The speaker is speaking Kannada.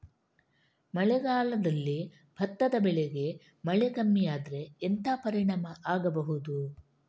ಮಳೆಗಾಲದಲ್ಲಿ ಭತ್ತದ ಬೆಳೆಗೆ ಮಳೆ ಕಮ್ಮಿ ಆದ್ರೆ ಎಂತ ಪರಿಣಾಮ ಆಗಬಹುದು?